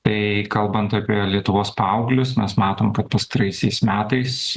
tai kalbant apie lietuvos paauglius mes matom kad pastaraisiais metais